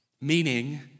Meaning